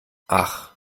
ach